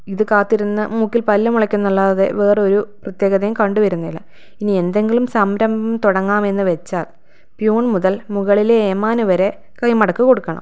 ഇത് കാത്തിരുന്ന് മൂക്കിൽ പല്ലുമുളക്കുമെന്നല്ലാതെ വേറൊരു പ്രത്യേകതയും കണ്ടുവരുന്നില്ല ഇനി എന്തെങ്കിലും സംരംഭം തുടങ്ങാമെന്നു വെച്ചാൽ പ്യൂൺ മുതൽ മുകളിലെ ഏമാനു വരെ കൈമടക്കു കൊടുക്കണം